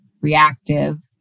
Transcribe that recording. reactive